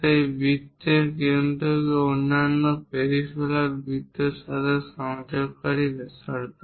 সেই বৃত্তের কেন্দ্রকে অন্যান্য পেরিফেরাল বৃত্তের সাথে সংযোগকারী ব্যাসার্ধ